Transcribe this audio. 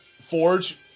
Forge